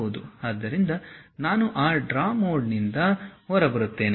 ಆದ್ದರಿಂದ ನಾನು ಆ ಡ್ರಾ ಮೋಡ್ನಿಂದ ಹೊರಬರುತ್ತೇನೆ